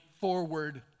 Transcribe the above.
forward